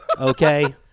Okay